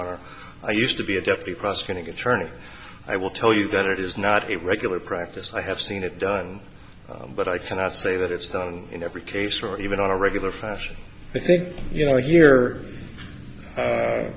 are i used to be a deputy prosecuting attorney i will tell you that it is not a regular practice i have seen it done but i cannot say that it's done in every case or even on a regular fashion i think you know here